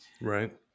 Right